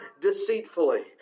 deceitfully